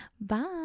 Bye